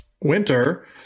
winter